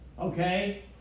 Okay